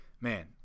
man